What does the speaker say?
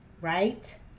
right